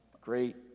great